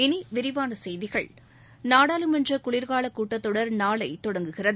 இனி விரிவான செய்திகள் நாடாளுமன்ற குளிர்காலக் கூட்டத் தொடர் நாளை தொடங்குகிறது